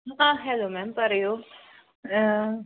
hello ma'am പറയു ഏഹ്